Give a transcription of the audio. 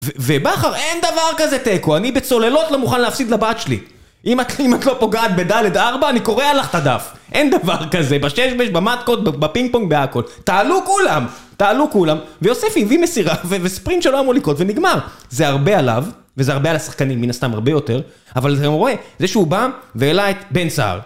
ובכר אין דבר כזה תיקו, אני בצוללות לא מוכן להפסיד לבת שלי אם את לא פוגעת בד ארבע, אני קורא לך ת'דף אין דבר כזה, בששבש, במטקות, בפינג פונג, בהכל תעלו כולם, תעלו כולם ויוספי הביא מסירה וספרינט שלא אמור לקרות ונגמר זה הרבה עליו, וזה הרבה על השחקנים מן הסתם הרבה יותר אבל אתה רואה, זה שהוא בא והעלה את בן סהר